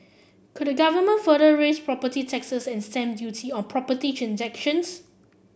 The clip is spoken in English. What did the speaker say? could the Government further raise property taxes and stamp duty on property transactions